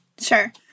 Sure